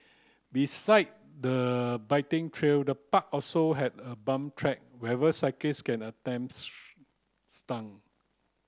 beside the biking trail the park also has a pump track where cyclist can attempt stunt